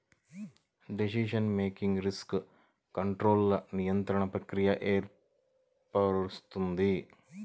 decision making risk కంట్రోల్ల నిరంతర ప్రక్రియను ఏర్పరుస్తుంది